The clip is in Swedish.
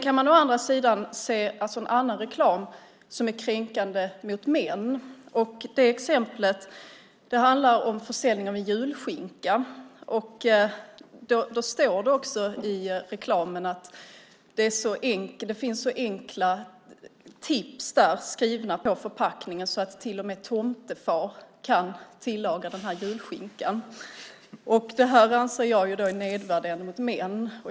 Man kan se en annan reklam som är kränkande mot män. Det handlar om försäljning av julskinka. Det står i reklamen att det finns så enkla tips skrivna på förpackningen att till och med tomtefar kan tillaga julskinkan. Det anser jag är nedvärderande mot män.